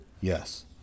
Yes